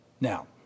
Now